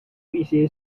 一些